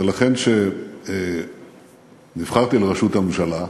ולכן, כשנבחרתי לראשות הממשלה,